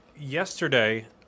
yesterday